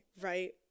right